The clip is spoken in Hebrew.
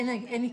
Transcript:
אין התיישנות,